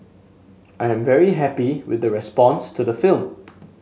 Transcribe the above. I am very happy with the response to the film